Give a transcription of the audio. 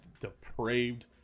depraved